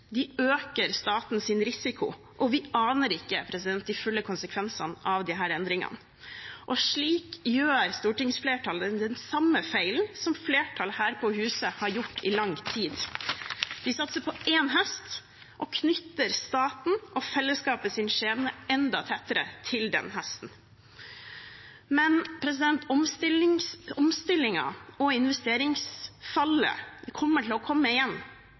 De øker statens risiko, og vi aner ikke hva som blir de fulle konsekvensene av disse endringene. Slik gjør stortingsflertallet den samme feilen som flertallet her på huset har gjort i lang tid – de satser på én hest og knytter staten og fellesskapets skjebne enda tettere til den hesten. Men omstillingen og investeringsfallet kommer til å komme igjen.